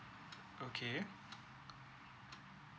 okay